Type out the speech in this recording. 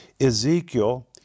Ezekiel